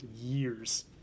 years